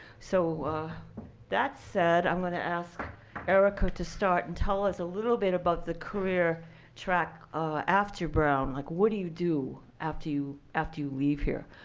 so that said, i'm going to ask erica to start and tell us a little bit about the career track after brown. like, what do you do after you after you leave here?